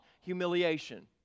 Humiliation